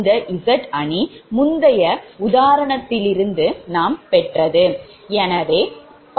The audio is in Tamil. இந்த Z அணி முந்தைய உதாரணத்திலிருந்து நாம் பெற்றது